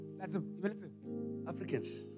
Africans